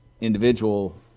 individual